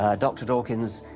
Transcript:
ah dr. dawkins,